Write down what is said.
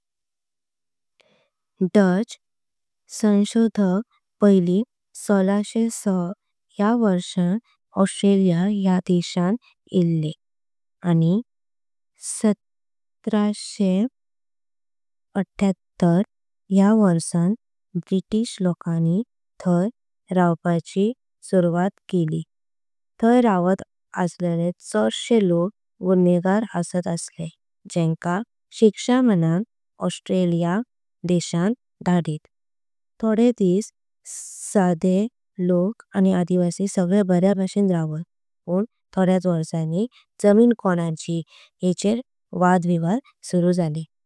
डच संशोधक पैली सोलाशेसहा या वर्षान ऑस्ट्रेलिया। या देशात इल्ले आणि सतराशेऐठ्याहत्तर या वर्षान। ब्रिटिश लोकांनी थय रावपाची सुरवात केली थय रवट। असलले चाड शे लोक गुन्हेकार असत असले जेंका। शिक्षा म्हनन ऑस्ट्रेलिया देशान धाडित थोडे दिस साधे। लोक आणि आदिवासी सगळे बऱ्या भाषिण रावत पण थोड्याच। वर्षानी जमिन कोणाची येचर वारसून वाद विवाद सुरू जाले।